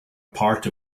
part